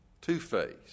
two-faced